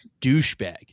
douchebag